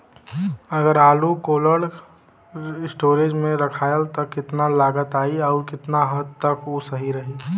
अगर आलू cold storage में रखायल त कितना लागत आई अउर कितना हद तक उ सही रही?